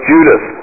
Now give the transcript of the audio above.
Judas